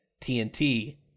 TNT